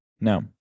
No